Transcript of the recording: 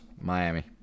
Miami